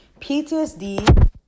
PTSD